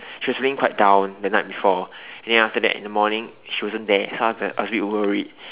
she was being quite down the night before and then after that in the morning she wasn't there so I was like a bit worried